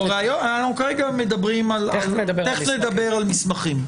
תכף נדבר על מסמכים.